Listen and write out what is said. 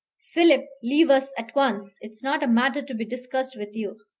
philip, leave us at once. it is not a matter to be discussed with you.